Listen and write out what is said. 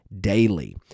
daily